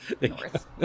North